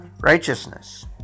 righteousness